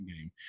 game